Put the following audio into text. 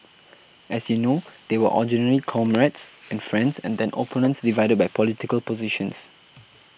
as you know they were originally comrades and friends and then opponents divided by political positions